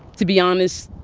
to be honest